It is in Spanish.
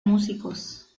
músicos